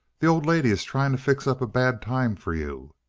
the old lady is trying to fix up a bad time for you.